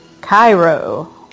Cairo